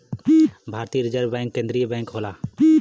भारतीय reserve bank केन्द्रीय bank होला